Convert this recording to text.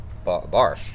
Bar